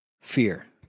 fear